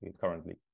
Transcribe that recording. currently